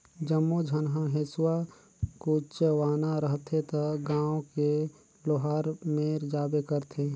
जम्मो झन ह हेसुआ कुचवाना रहथे त गांव के लोहार मेर जाबे करथे